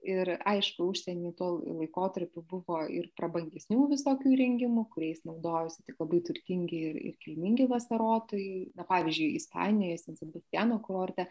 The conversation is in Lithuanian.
ir aišku užsieny tuo laikotarpiu buvo ir prabangesnių visokių įrengimų kuriais naudojosi tik labai turtingi kilmingi vasarotojai na pavyzdžiui ispanijoje sent sebastijano kurorte